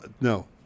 No